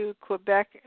Quebec